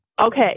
Okay